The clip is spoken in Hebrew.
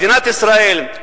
מדינת ישראל,